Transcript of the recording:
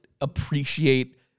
appreciate